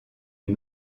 une